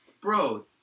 Bro